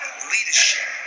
leadership